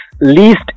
least